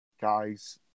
Guys